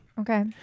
Okay